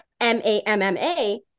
M-A-M-M-A